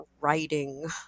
writing